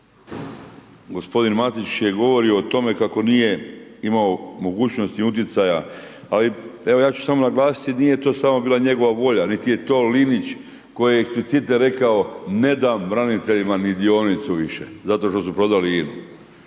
gospodin Matić je govorio o tome kako nije imao mogućnosti i utjecaja ali evo ja ću samo naglasiti, nije to samo bila njegova volja, niti je to Linić koji je eksplicite rekao, ne dam braniteljima ni dionicu više zato što su prodali INA-u.